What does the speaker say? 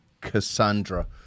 Cassandra